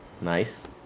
Nice